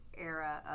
era